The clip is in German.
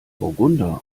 burgunder